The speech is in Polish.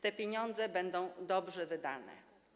Te pieniądze będą dobrze wydane.